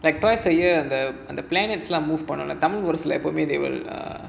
like twice a year and the and the planet lah move on தமிழ் முரசுல எப்போவுமே:tamil murasula eppovumae